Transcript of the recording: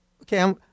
Okay